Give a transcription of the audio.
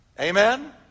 Amen